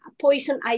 poison